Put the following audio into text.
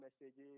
messages